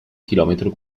chilometro